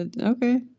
Okay